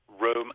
Rome